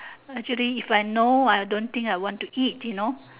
actually if I know I don't think I want to eat you know